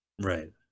Right